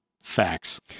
facts